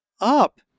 up